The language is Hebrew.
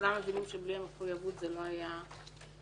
כולם מבינים שבלי המחויבות זה לא היה קורה,